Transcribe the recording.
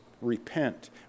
Repent